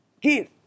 Give